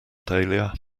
dahlia